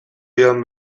joan